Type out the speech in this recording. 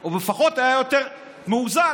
או לפחות היה יותר מאוזן.